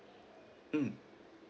mm